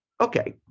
Okay